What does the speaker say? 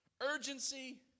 urgency